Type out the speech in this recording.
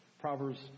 Proverbs